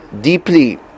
deeply